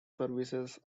services